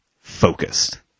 focused